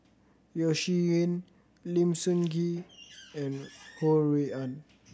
Yeo Shih Yun Lim Sun Gee and Ho Rui An